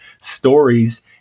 stories